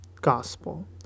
gospel